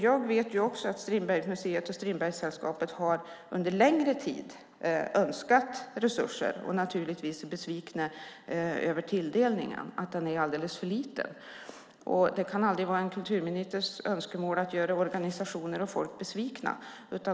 Jag vet också att Strindbergsmuseet och Strindbergssällskapet under en längre tid har önskat resurser och naturligtvis är besvikna över att tilldelningen är alldeles för liten. Det kan aldrig vara kulturministerns önskemål att göra organisationer och folk besvikna.